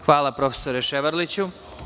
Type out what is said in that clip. Hvala, profesore Ševarliću.